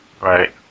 Right